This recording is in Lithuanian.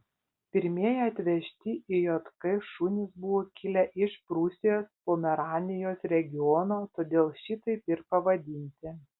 pirmieji atvežti į jk šunys buvo kilę iš prūsijos pomeranijos regiono todėl šitaip ir pavadinti